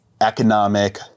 economic